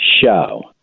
show